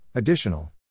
Additional